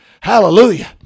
Hallelujah